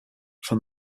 from